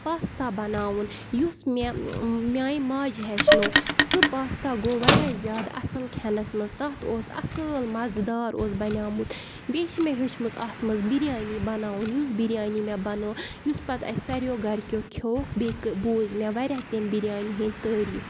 pasta بَناوُن یُس مےٚ میٛانہِ ماجہِ ہیٚچھنوو سُہ پاستا گوٚو واریاہ زیادٕ اَصٕل کھٮ۪نَس منٛز تَتھ اوس اَصۭل مَزٕدار اوس بنیٛامُت بیٚیہِ چھِ مےٚ ہیوٚچھمُت اَتھ منٛز بِریانی بَناوُن یُس بِریانی مےٚ بَنٲو یُس پَتہٕ اَسہِ ساروٕیو گَرِکیو کھیوٚوُکھ بیٚیہِ بوٗزۍ مےٚ واریاہ تمہِ بِریانی ہِنٛدۍ تعاریٖف